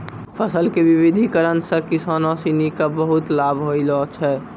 फसल के विविधिकरण सॅ किसानों सिनि क बहुत लाभ होलो छै